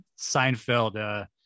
seinfeld